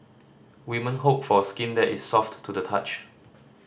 women hope for skin that is soft to the touch